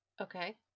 Okay